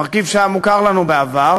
מרכיב שהיה מוכר לנו בעבר,